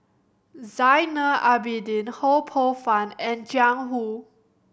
Zainal Abidin Ho Poh Fun and Jiang Hu